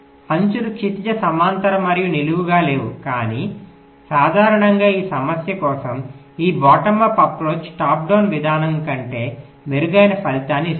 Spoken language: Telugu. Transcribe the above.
అంచులు క్షితిజ సమాంతర మరియు నిలువుగా లేవు కానీ సాధారణంగా ఈ సమస్య కోసం ఈ bottom up approach top down విధానం కంటే మెరుగైన ఫలితాన్ని ఇస్తుంది